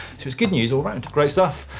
so it's good news all round. great stuff.